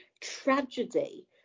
tragedy